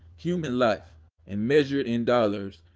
human life in measured in dollars,